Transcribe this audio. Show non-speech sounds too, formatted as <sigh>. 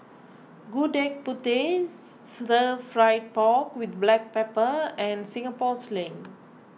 Gudeg Putih <noise> Stir Fried Pork with Black Pepper and Singapore Sling